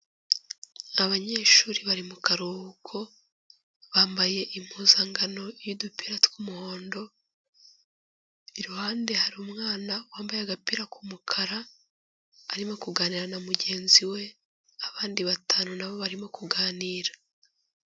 Abanyeshuri bari mu karuhuko bambaye impuzankano y'udupira tw'umuhondo iruhande hari umwana wambaye agapira k'umukara arimo kuganira na mugenzi we abandi batanu nabo barimo kuganira.